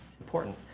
important